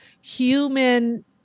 human